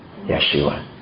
Yeshua